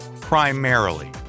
primarily